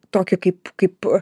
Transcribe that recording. tokį kaip kaip